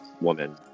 woman